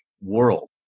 world